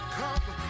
come